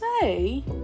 say